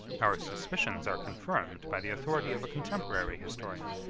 our suspicious are confirmed by the authority of a contemporary historian,